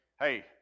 hey